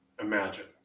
imagine